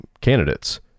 candidates